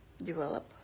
develop